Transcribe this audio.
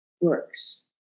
works